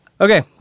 Okay